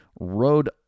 road